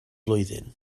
blwyddyn